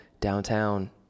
downtown